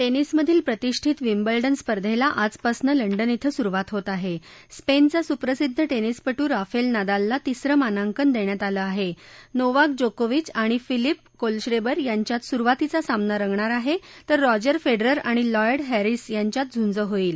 टर्टिसमधील प्रतिष्ठित विम्बलडन स्पर्धेला आजपासून लंडन इथं सुरुवात होत आह उपस्त्रिया सुप्रसिद्ध टर्टिसपटू राफल नादालला तिसर मानाकन दष्डिात आलं आहाज्ञेवाक जोकोविच आणि फिलिप कोलश्राइबर यांच्यात सुरुवातीचा सामना रगणार आहतिर रॉजर फंडिरर आणि लॉयड हैरिस यांच्यात झुंज होईल